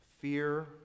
fear